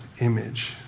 image